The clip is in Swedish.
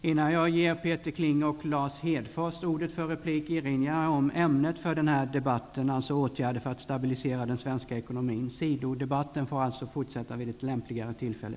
Innan jag ger Peter Kling och Lars Hedfors ordet för replik erinrar jag om ämnet för den här debatten: Åtgärder för att stabilisera den svenska ekonomin. Sidodebatten får alltså fortsätta vid ett lämpligare tillfälle.